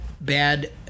bad